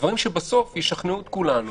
דברים שבסוף ישכנעו את כולנו